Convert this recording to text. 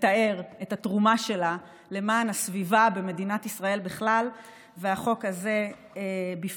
לתאר את התרומה שלה למען הסביבה במדינת ישראל בכלל והחוק הזה בפרט.